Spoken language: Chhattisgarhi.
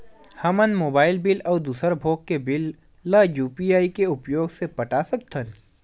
हमन मोबाइल बिल अउ दूसर भोग के बिल ला यू.पी.आई के उपयोग से पटा सकथन